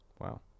Wow